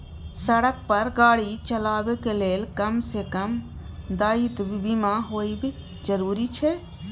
सड़क पर गाड़ी चलेबाक लेल कम सँ कम दायित्व बीमा होएब जरुरी छै